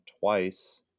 twice